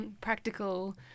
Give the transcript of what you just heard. practical